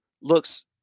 looks